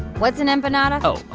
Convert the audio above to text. what's an empanada? oh,